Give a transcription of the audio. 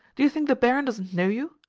do you think the barin doesn't know you?